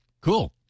Cool